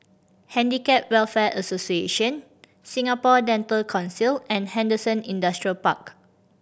Handicap Welfare Association Singapore Dental Council and Henderson Industrial Park